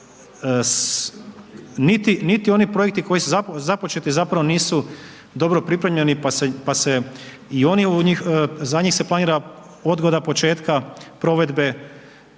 niti oni projekti koji su započeti zapravo nisu dobro pripremljeni, pa se i oni u njih, za njih se planira odgoda početka provedbe